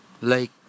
Lake